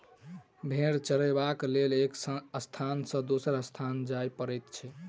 भेंड़ चरयबाक लेल एक स्थान सॅ दोसर स्थान जाय पड़ैत छै